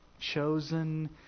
chosen